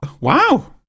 wow